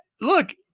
Look